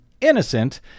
innocent